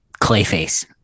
Clayface